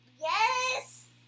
Yes